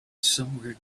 somewhere